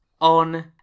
on